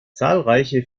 zahlreiche